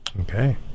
Okay